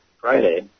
Friday